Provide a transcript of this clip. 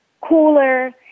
cooler